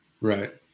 Right